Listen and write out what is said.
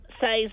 says